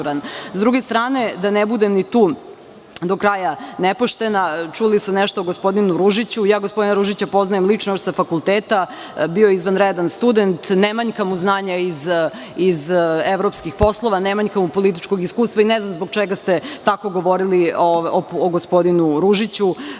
druge strane, da ne budem ni tu do kraja nepoštena, čuli su nešto o gospodinu Ružiću. Gospodina Ružića poznajem lično, još sa fakulteta, bio je izvanredan student. Nemanjka mu znanja iz evropskih poslova, nemanjka mu političkog iskustva i ne znam zbog čega ste tako govorili o gospodinu Ružiću,